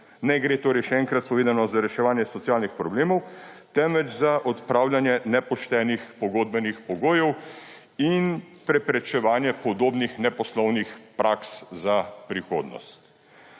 Torej še enkrat povedano: ne gre za reševanje socialnih problemov, temveč za odpravljanje nepoštenih pogodbenih pogojev in preprečevanje podobnih neposlovnih praks za prihodnost.